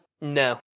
No